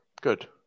Good